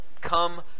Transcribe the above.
come